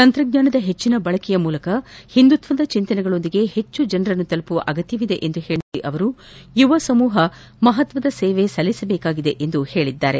ತಂತ್ರಜ್ವಾನದ ಹೆಚ್ವಿನ ಬಳಕೆಯ ಮೂಲಕ ಹಿಂದುತ್ವದ ಚಿಂತನೆಗಳೊಂದಿಗೆ ಹೆಚ್ಚು ಜನರನ್ನು ತಲುಪುವ ಅಗತ್ಕವಿದೆ ಎಂದು ಹೇಳಿರುವ ನರೇಂದ್ರ ಮೋದಿ ಯುವ ಸಮೂಹ ಮಹತ್ವದ ಸೇವೆ ಸಲ್ಲಿಸಬೇಕಾಗಿದೆ ಎಂದು ಹೇಳಿದ್ದಾರೆ